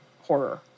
horror